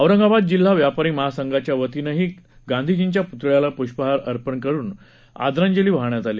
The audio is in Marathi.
औरंगाबाद जिल्हा व्यापारी महासंघाच्या वतीनंही गांधीजींच्या पुतळ्याला पुष्पहार घालून आदरांजली वाहण्यात आली